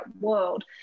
world